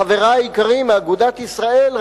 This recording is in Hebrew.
חברי היקרים מאגודת ישראל,